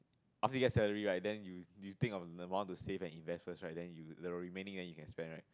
after you get salary right then you you think of amount to save and invest first right then you the remaining then you can spend right